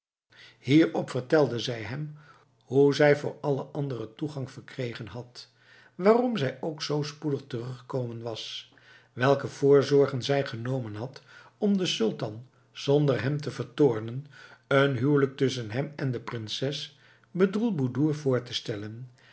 hierop vertelde zij hem hoe zij voor alle anderen toegang verkregen had waarom zij ook zoo spoedig teruggekomen was welke voorzorgen zij genomen had om den sultan zonder hem te vertoornen een huwelijk tusschen hem en de prinses bedroelboedoer voor te stellen